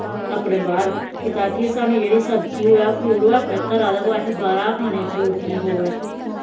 अपने बाह्र कि ताकि सानूं जेह्ड़ी सब्जी होऐ फ्रूट होऐ अपने घरा दा गै होऐ असें बाह्रा खाने दी जरूरत निं प'वै